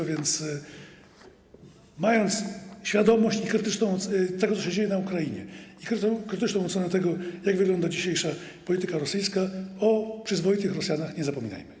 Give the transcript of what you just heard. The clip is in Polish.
A więc mając świadomość tego, co się dzieje na Ukrainie, i krytyczną ocenę tego, jak wygląda dzisiejsza polityka rosyjska, o przyzwoitych Rosjanach nie zapominajmy.